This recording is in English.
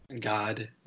God